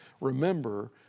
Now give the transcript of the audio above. Remember